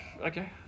Okay